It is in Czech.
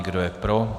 Kdo je pro?